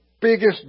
biggest